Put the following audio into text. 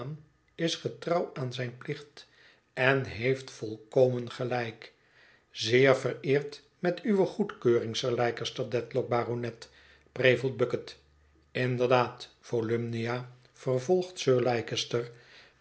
is getrouw aan zijn plicht en heeft volkomen gelijk zeer vereerd met uwe goedkeuring sir leicester dedlock baronet prevelt bucket inderdaad volumnia vervolgt sir